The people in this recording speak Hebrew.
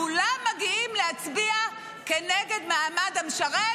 כולם מגיעים להצביע כנגד מעמד המשרת,